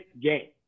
game